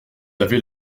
avez